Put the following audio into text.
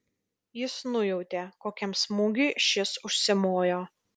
jis nujautė kokiam smūgiui šis užsimojo